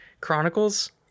Chronicles